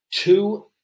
two